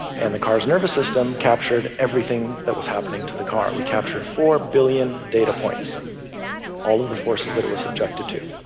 and the car's nervous system captured everything that was happening to the car. we captured four billion data points all of the forces that it was subjected to.